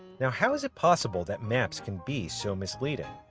now, how is it possible that maps can be so misleading?